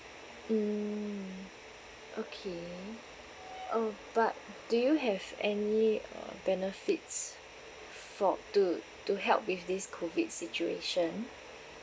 mm okay oh but do you have any uh benefits for to to help with this COVID situation